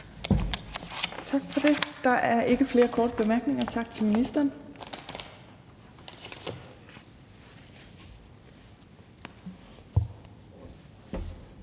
Tak for det. Der er ikke flere korte bemærkninger. Tak til ministeren.